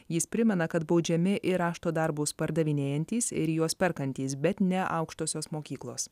jis primena kad baudžiami ir rašto darbus pardavinėjantys ir juos perkantys bet ne aukštosios mokyklos